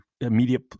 immediate